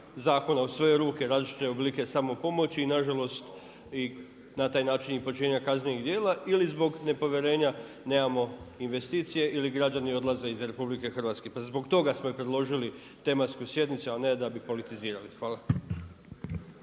zakona u svoje ruke, različite oblike samopomoći i nažalost i na taj način i počinjenja kaznenih djela ili zbog nepovjerenja nemamo investicije ili građani odlaze iz RH. Pa zbog toga smo i predložili tematsku sjednicu a ne da bi politizirali. Hvala.